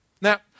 Now